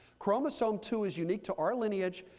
chromosome two is unique to our lineage.